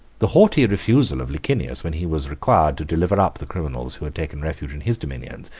the haughty refusal of licinius, when he was required to deliver up the criminals who had taken refuge in his dominions,